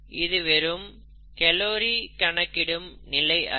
இது வெறும் கலோரி கணக்கிடும் நிலை அல்ல